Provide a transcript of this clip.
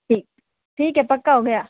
ठीक ठीक है पक्का हो गया